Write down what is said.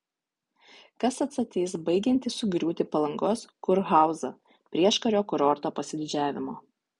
kas atstatys baigiantį sugriūti palangos kurhauzą prieškario kurorto pasididžiavimą